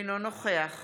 אינו נוכח